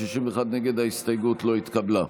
לא התקבלה.